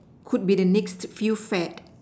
could be the next few fad